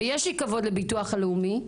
יש לי כבוד לביטוח הלאומי,